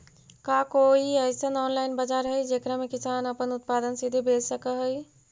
का कोई अइसन ऑनलाइन बाजार हई जेकरा में किसान अपन उत्पादन सीधे बेच सक हई?